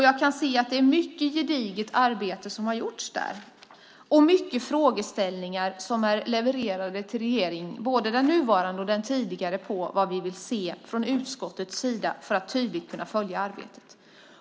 Jag kan se att det är mycket gediget arbete som har gjorts där, och det är många frågeställningar som har levererats till regeringen - både till den nuvarande och till den tidigare - när det gäller vad vi vill se för att tydligt kunna följa arbetet.